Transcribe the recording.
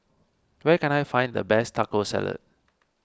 where can I find the best Taco Salad